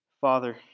Father